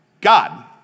God